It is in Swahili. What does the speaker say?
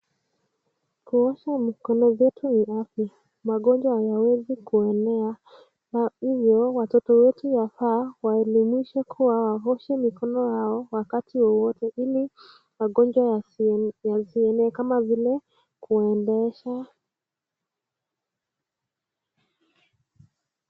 Kuosha mikono zetu ni afya, magonjwa yanaweza kuenea na hivyo watoto wetu wafaa waelimishwe kuwa waoshe mikono yao wakati wowote ili magonjwa yasienee kama vile kuendesha.